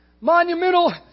Monumental